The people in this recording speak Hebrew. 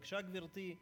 בבקשה, גברתי.